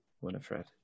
Winifred